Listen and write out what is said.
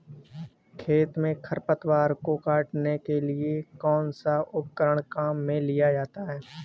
खेत में खरपतवार को काटने के लिए कौनसा उपकरण काम में लिया जाता है?